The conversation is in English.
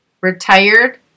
retired